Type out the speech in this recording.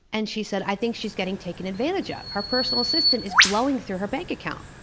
and she said, i think she's getting taken advantage of. her personal assistant is blowing through her bank account,